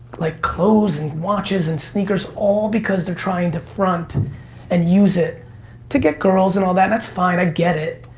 like clothes and watches and sneakers and all because they're trying to front and use it to get girls and all that, that's fine, i get it.